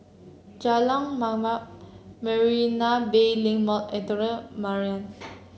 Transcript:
Jalan Mamam Marina Bay Link Mall and Tengkok Mariam